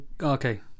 Okay